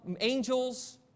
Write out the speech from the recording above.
angels